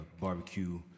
barbecue